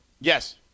Yes